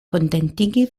kontentigi